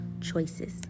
choices